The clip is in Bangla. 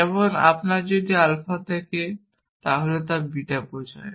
যেমন আপনার যদি আলফা থাকে তাহলে তা বিটা বোঝায়